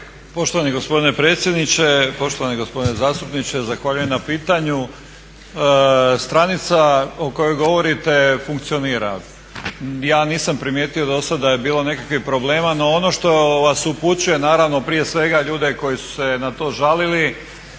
Poštovani gospodine predsjedniče. Poštovani gospodine zastupniče, zahvaljujem na pitanju. Stranica o kojoj govorite funkcionira. Ja nisam primijetio dosad da je bilo nekakvih problema, no ono što vas upućujem, naravno prije svega ljude koji su se na to žalili,